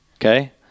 okay